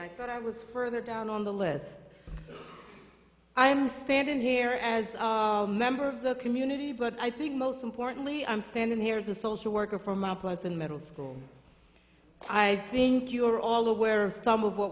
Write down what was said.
that was further down on the list i am standing here as a member of the community but i think most importantly i'm standing here is a social worker from up close and middle school i think you're all aware of some of what